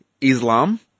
Islam